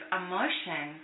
emotion